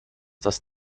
das